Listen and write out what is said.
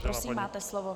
Prosím, máte slovo.